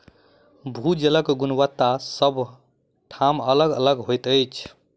भू जलक गुणवत्ता सभ ठाम अलग अलग होइत छै